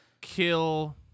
kill